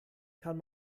kann